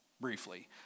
briefly